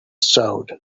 sewed